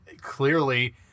clearly